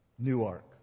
Newark